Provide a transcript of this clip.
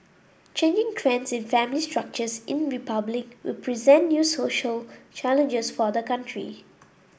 changing trends in family structures in Republic will present new social challenges for the country